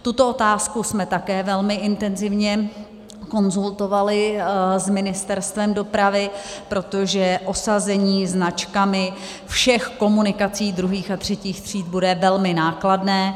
Tuto otázku jsme také velmi intenzivně konzultovali s Ministerstvem dopravy, protože osazení značkami všech komunikací druhých a třetích tříd bude velmi nákladné.